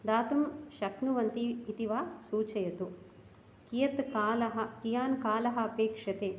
दातुं शक्नुवन्ति इति वा सूचयतु कियत् कालः कियान् कालः अपेक्षते